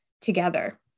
together